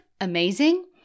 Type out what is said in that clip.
amazing